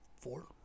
four